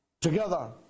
together